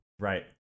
Right